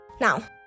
now